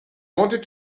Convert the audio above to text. wanted